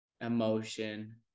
emotion